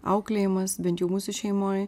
auklėjimas bent jau mūsų šeimoj